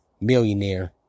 millionaire